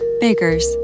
Baker's